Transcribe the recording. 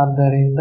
ಆದ್ದರಿಂದ